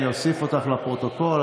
אני אוסיף אותך לפרוטוקול,